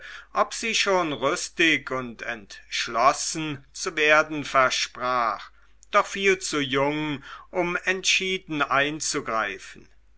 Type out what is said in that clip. ob sie schon rüstig und entschlossen zu werden versprach doch viel zu jung um entschieden einzugreifen